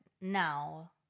now